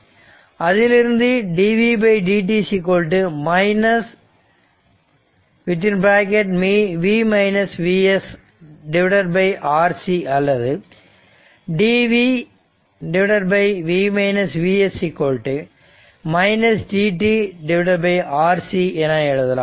அதிலிருந்து dvdt Rc அல்லது dv V Vs dt Rc என எழுதலாம்